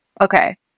Okay